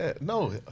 No